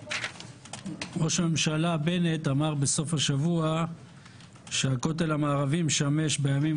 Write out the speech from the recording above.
ראש הממשלה בנט אמר בסוף השבוע שהכותל משמש בימים